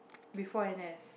before n_s